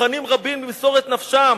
מוכנים רבים למסור את נפשם,